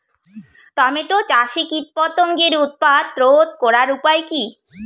Tomato চাষে কীটপতঙ্গের উৎপাত রোধ করার উপায় কী?